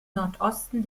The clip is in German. nordosten